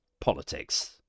politics